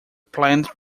plant